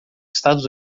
estados